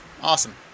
Awesome